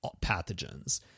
pathogens